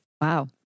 Wow